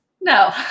No